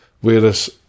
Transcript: Whereas